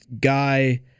guy